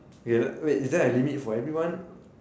eh wait is there a limit for everyone